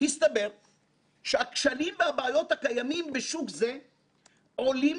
הסתבר שהכשלים והבעיות הקיימים בשוק זה עולים